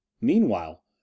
meanwhile